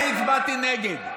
אני הצבעתי נגד.